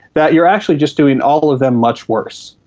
that you are actually just doing all of them much worse.